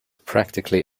practically